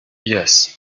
yes